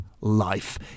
life